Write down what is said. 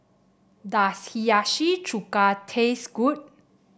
does Hiyashi Chuka taste good